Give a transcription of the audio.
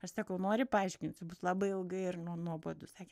aš sakau nori paaiškinsiu bus labai ilgai ir nuo nuobodu sakė